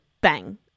bang